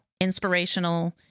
inspirational